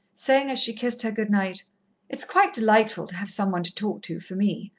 saying as she kissed her good-night it's quite delightful to have some one to talk to, for me.